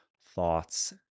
thoughts